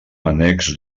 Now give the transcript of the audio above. annex